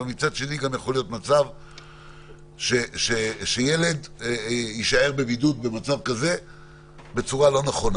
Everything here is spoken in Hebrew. אבל מצד שני יכול להיות מצב שילד יישאר בבידוד במצב כזה בצורה לא נכונה.